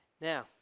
Now